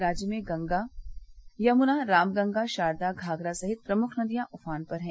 राज्य में गंगा यमुना रामगंगा शारदा घाघरा सहित प्रमुख नदियाँ उफान पर हैं